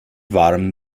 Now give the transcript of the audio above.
warm